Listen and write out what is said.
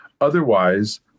Otherwise